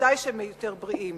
ודאי שהם יותר בריאים.